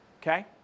Okay